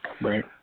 Right